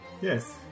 yes